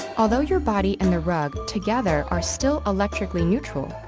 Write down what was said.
although your body and the rug together are still electrically neutral,